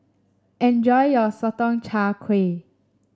enjoy your Sotong Char Kway